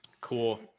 Cool